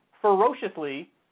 ferociously